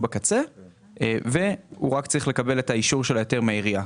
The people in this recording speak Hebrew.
בקצה והוא רק צריך לבקש את ההיתר מהעירייה.